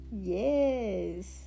Yes